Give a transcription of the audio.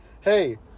hey